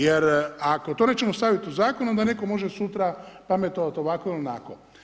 Jer ako to nećemo staviti u zakon onda netko može sutra pametovati ovako ili onako.